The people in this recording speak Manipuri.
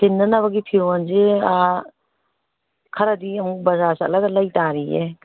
ꯊꯤꯟꯅꯅꯕꯒꯤ ꯐꯤꯔꯣꯟꯁꯦ ꯈꯔꯗꯤ ꯑꯃꯨꯛ ꯕꯖꯥꯔ ꯆꯠꯂꯒ ꯂꯩꯇꯔꯤꯌꯦ